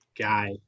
guy